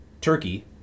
turkey